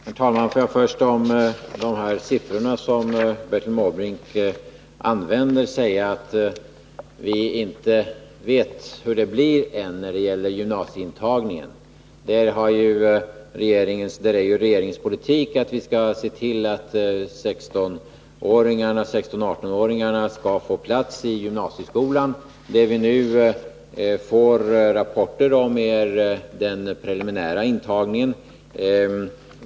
Herr talman! Får jag först, beträffande de siffror som Bertil Måbrink nämner, säga att vi ännu inte vet hur det blir när det gäller gymnasieintagningen. Det är regeringens politik att man skall se till att 16-18-åringarna skall få plats i gymnasieskolan. Det vi nu får rapporter om är den preliminära intagningen.